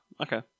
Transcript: Okay